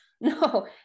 No